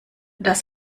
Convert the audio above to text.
das